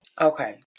Okay